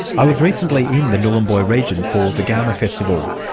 i was recently in the nhulunbuy region for the garma festival.